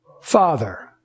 Father